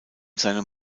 seinem